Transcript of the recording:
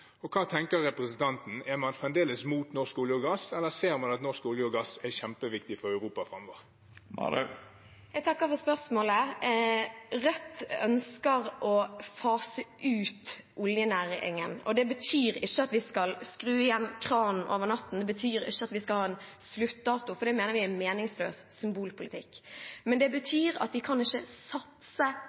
Hva tenker representanten: Er man fremdeles imot norsk olje og gass, eller ser man at norsk olje og gass er kjempeviktig for Europa framover? Jeg takker for spørsmålet. Rødt ønsker å fase ut oljenæringen. Det betyr ikke at vi skal skru igjen kranen over natten, det betyr ikke at vi skal ha en sluttdato, for det mener vi er meningsløs symbolpolitikk, men det betyr at vi ikke kan satse